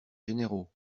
généraux